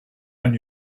and